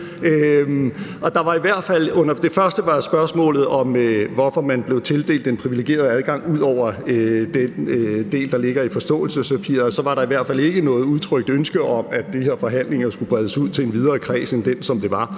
derude. Det første spørgsmål var om, hvorfor man blev tildelt den privilegerede adgang ud over den del, der ligger i forståelsespapiret, og i forhold til det var der i hvert fald ikke noget udtrykt ønske om, at de her forhandlinger skulle bredes ud til en videre kreds end den, som det var.